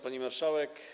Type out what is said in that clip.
Pani Marszałek!